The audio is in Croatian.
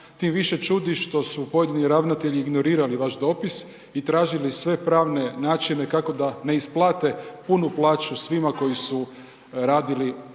Tim više čudi što su pojedini ravnatelji ignorirali vaš dopis i tražili sve pravne načine kako da ne isplate punu plaću svima koji su radili u